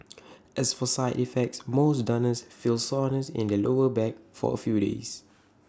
as for side effects most donors feel soreness in the lower back for A few days